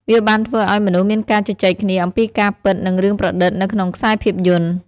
វាបានធ្វើឲ្យមនុស្សមានការជជែកគ្នាអំពីការពិតនិងរឿងប្រឌិតនៅក្នុងខ្សែភាពយន្ត។